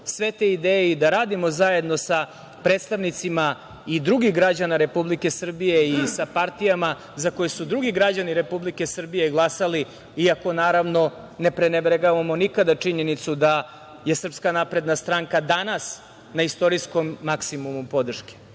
sve te ideje i da radimo zajedno sa predstavnicima i drugih građana Republike Srbije i sa partijama za koje su drugi građani Republike Srbije glasali, iako, naravno, ne prenebregavamo nikada činjenicu da je SNS danas na istorijskom maksimumu podrške,